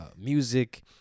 music